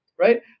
right